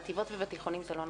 בחטיבות ובתיכונים זה לא נכון.